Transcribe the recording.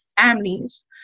families